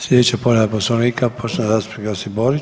Slijedeća povreda Poslovnika poštovani zastupnik Josip Borić.